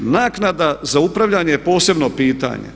Naknada za upravljanje je posebno pitanje.